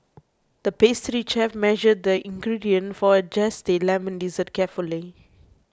the pastry chef measured the ingredients for a Zesty Lemon Dessert carefully